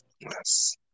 Yes